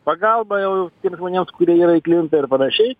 pagalbą jau tiems žmonėms kurie yra įklimpę ir panašiai